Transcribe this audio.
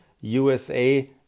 USA